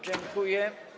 Dziękuję.